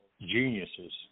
geniuses